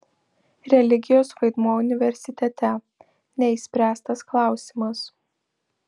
religijos vaidmuo universitete neišspręstas klausimas